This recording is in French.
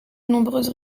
nombreuses